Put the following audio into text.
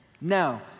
Now